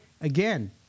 again